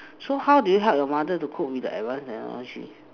so how did you help your mother to cook with the advance and all three